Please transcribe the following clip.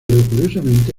curiosamente